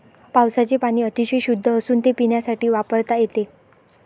पावसाचे पाणी अतिशय शुद्ध असून ते पिण्यासाठी वापरता येते